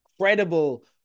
credible